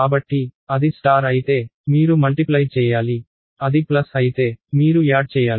కాబట్టి అది స్టార్ అయితే మీరు మల్టిప్లై చెయ్యాలి అది ప్లస్ అయితే మీరు యాడ్ చెయ్యాలి